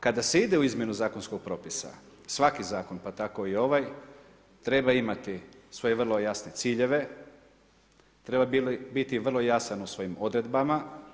Kada se ide u izmjenu zakonskog propisa svaki zakon pa tako i ovaj treba imati svoje vrlo jasne ciljeve, treba biti vrlo jasan u svojim odredbama.